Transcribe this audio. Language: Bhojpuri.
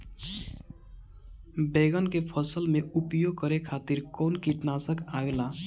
बैंगन के फसल में उपयोग करे खातिर कउन कीटनाशक आवेला?